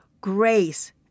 grace